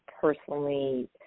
personally